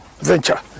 venture